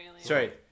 Sorry